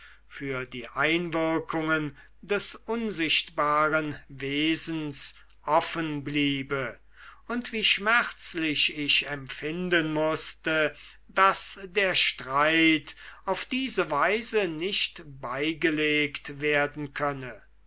für die einwirkungen des unsichtbaren wesens offen bliebe und wie schmerzlich ich empfinden mußte daß der streit auf diese weise nicht beigelegt werden könne